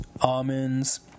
almonds